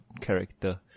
character